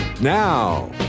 Now